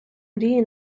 мрії